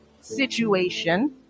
situation